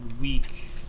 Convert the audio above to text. week